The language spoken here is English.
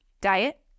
Diet